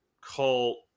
cult